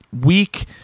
week